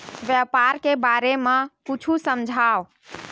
व्यापार के बारे म कुछु समझाव?